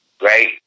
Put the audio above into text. right